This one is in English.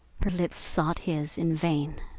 her lips sought his, in vain.